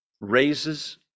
raises